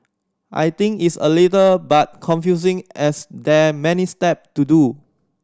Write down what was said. I think it's a little but confusing as there many step to do